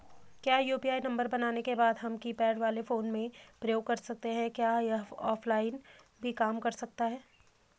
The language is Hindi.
क्या यु.पी.आई नम्बर बनाने के बाद हम कीपैड वाले फोन में प्रयोग कर सकते हैं क्या यह ऑफ़लाइन भी काम करता है?